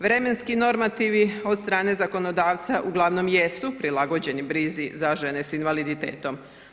Vremenski normativi od strane zakonodavca uglavnom jesu prilagođeni brizi za žene s invaliditetom.